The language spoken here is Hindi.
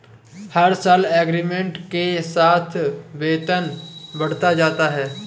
हर साल इंक्रीमेंट के साथ वेतन बढ़ता जाता है